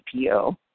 APO